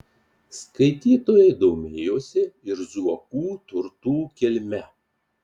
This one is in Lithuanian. skaitytojai domėjosi ir zuokų turtų kilme